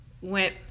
Went